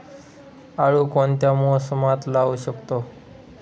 आळू कोणत्या मोसमात लावू शकतो?